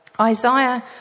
Isaiah